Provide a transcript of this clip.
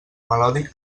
melòdic